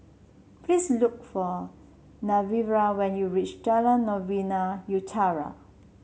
please look for Genevra when you reach Jalan Novena Utara